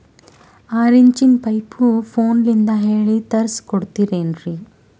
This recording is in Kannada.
ಆರಿಂಚಿನ ಪೈಪು ಫೋನಲಿಂದ ಹೇಳಿ ತರ್ಸ ಕೊಡ್ತಿರೇನ್ರಿ?